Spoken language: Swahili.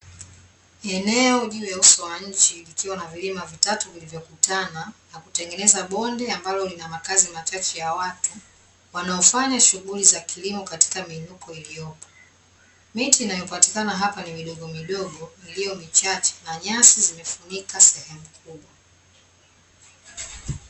Eneo juu ya uso wa nchi likiwa na vilima vitatu vilivyokutana na kutengeneza bonde, ambalo lina makazi machache ya watu, wanaofanya shughuli za kilimo katika miinuko iliyopo. Miti inayopatikana hapa ni midogo, iliyo michache, na nyasi zimefunika sehemu kubwa.